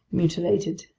mutilated,